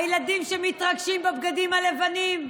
הילדים שמתרגשים בבגדים הלבנים,